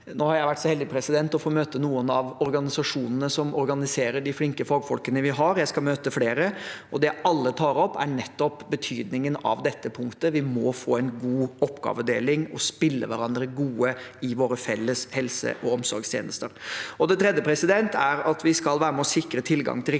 Nå har jeg vært så heldig å få møte noen av organisasjonene som organiserer de flinke fagfolkene vi har, og jeg skal møte flere. Det alle tar opp, er nettopp betydningen av dette punktet. Vi må få en god oppgavedeling og spille hverandre gode i våre felles helse- og omsorgstjenester. Det tredje er at vi skal være med og sikre tilgang til riktig